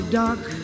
dark